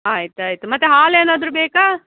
ಆಯ್ತು ಆಯ್ತು ಮತ್ತೆ ಹಾಲೆನಾದರು ಬೇಕೇ